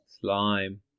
Slime